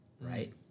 Right